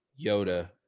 Yoda